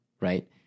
Right